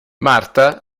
marta